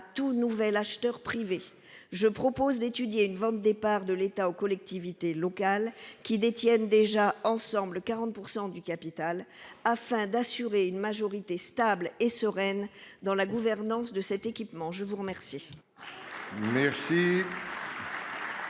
tout nouvel acteur privé ? Je propose d'étudier une vente des parts de l'État aux collectivités locales, qui détiennent déjà ensemble 40 % du capital, afin d'assurer une majorité stable et sereine dans la gouvernance de cet équipement. La parole